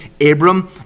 Abram